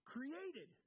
Created